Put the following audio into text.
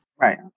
Right